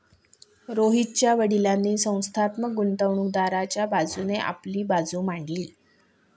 रोहितच्या वडीलांनी संस्थात्मक गुंतवणूकदाराच्या बाजूने आपली बाजू मांडली